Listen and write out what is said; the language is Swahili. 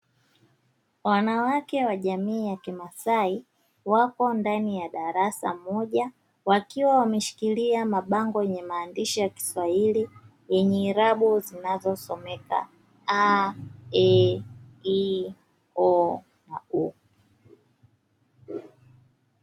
Wanawake wa jamii ya kimasai wapo ndani ya darasa moja, wakiwa wameshikilia mabango yenye maandishi ya kiswahili yenye irabu zinazosomeka; a,e,i,o, na u.